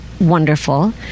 wonderful